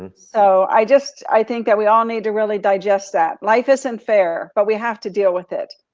and so i just, i think that we all need to really digest that. life isn't fair, but we have to deal with it.